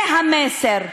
זה המסר.